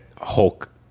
Hulk